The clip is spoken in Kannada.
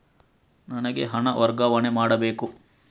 ನನಗೆ ಹಣ ವರ್ಗಾವಣೆ ಮಾಡಬೇಕು